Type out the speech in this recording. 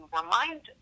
remind